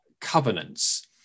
covenants